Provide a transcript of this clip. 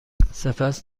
سپس